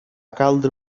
caldre